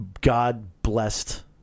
God-blessed